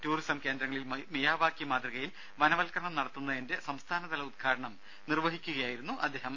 tourism കേന്ദ്രങ്ങളിൽ Miyawaki മാതൃകയിൽ വനവൽക്കരണം നടത്തുന്നതിന്റെ സംസ്ഥാനതല ഉദ്ഘാടനം നിർവഹിക്കുകയായിരുന്നു അദ്ദേഹം